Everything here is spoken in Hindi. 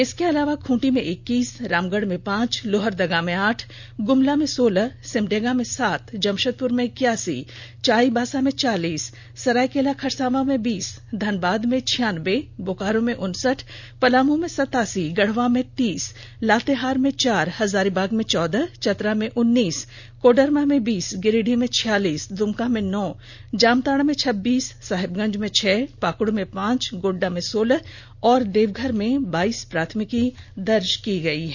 इसके अलावा खुंटी में इक्तीस रामगढ में पांच लोहरदगा में आठ गुमला में सोलह सिमडेगा में सात जमशेदपुर मे इक्यासी चाईबासा में चालीस सरायकेला खरसांवा में बीस धनबाद में छियान्वे बोकारो में उनसठ पलामू में सत्तासी गढ़वा में तीस लातेहार में चार हजारीबाग में चौदह चतरा में उन्नीस कोडरमा में बीस गिरिडीह में छियालीस दमका में नौ जामताडा में छब्बीस साहेबगज में छह पाकड में पांच गोडड़ा में सोलह और देवघर में बाइस प्राथमिकी दर्ज की गई है